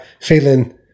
feeling